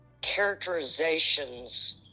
characterizations